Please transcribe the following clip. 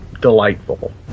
delightful